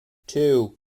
two